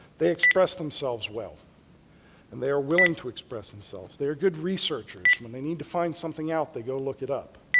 they express themselves well and they are willing to express themselves. they are good researchers, when they need to find something out, they go look it up.